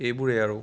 এইবোৰেই আৰু